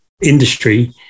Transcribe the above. industry